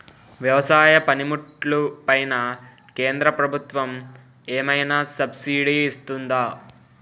వ్యవసాయ పనిముట్లు పైన కేంద్రప్రభుత్వం ఏమైనా సబ్సిడీ ఇస్తుందా?